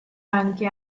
anche